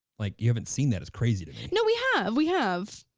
like you haven't seen that is crazy to me. no we have, we have,